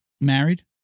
married